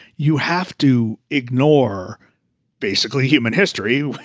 you have to ignore basically human history,